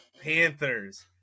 Panthers